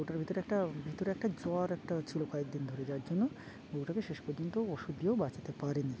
গরুটার ভিতরে একটা ভিতরে একটা জ্বর একটা ছিল কয়েকদিন ধরে যার জন্য গরুটাকে শেষ পর্যন্ত ওষুধ দিয়েও বাঁচাতে পারেনি